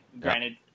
granted